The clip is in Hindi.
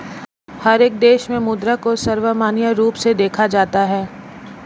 हर एक देश में मुद्रा को सर्वमान्य रूप से देखा जाता है